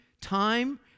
time